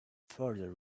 further